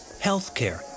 healthcare